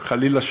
חלילה,